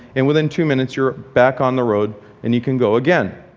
and within two minutes you're back on the road and you can go again